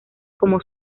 como